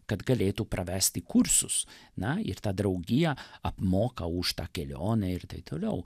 kad galėtų pravesti kursus na ir ta draugija apmoka už tą kelionę ir taip toliau